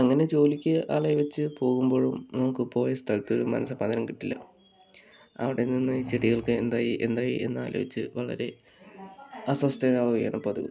അങ്ങനെ ജോലിക്ക് ആളെ വെച്ച് പോകുമ്പോഴും നമുക്ക് പോയസ്ഥലത്തു മനഃസമാധാനം കിട്ടില്ല അവിടെ നിന്ന് ചെടികൾക്ക് എന്തായി എന്തായി എന്നാലോചിച്ച് വളരെ അസ്വസ്ഥനാവുകയാണ് പതിവ്